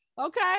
okay